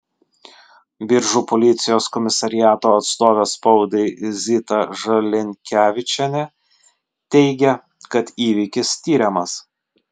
biržų policijos komisariato atstovė spaudai zita žalinkevičienė teigė kad įvykis tiriamas